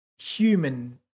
human